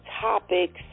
topics